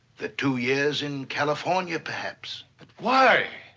the two years in california, perhaps. but why?